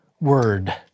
word